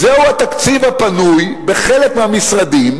זהו התקציב הפנוי בחלק מהמשרדים